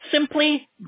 Simply